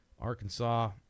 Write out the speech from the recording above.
Arkansas